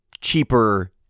cheaper